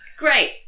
Great